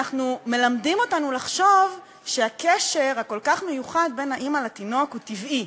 מלמדים אותנו לחשוב שהקשר הכל-כך מיוחד בין האימא לתינוק הוא טבעי.